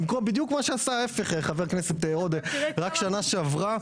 בדיוק ההפך ממה שעשה חבר הכנסת עודה רק בשנה שעברה,